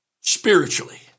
Spiritually